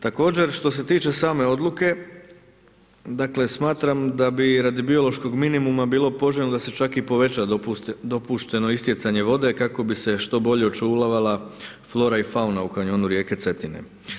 Također što se tiče same odluke, dakle smatram da bi radi biološkog minimuma bilo poželjno da se čak i poveća dopušteno istjecanje vode kako bi se što bolje očuvala flora i fauna u Kanjonu rijeke Cetine.